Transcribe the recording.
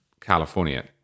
California